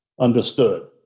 Understood